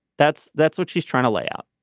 that's that's what she's trying to lay out.